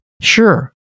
Sure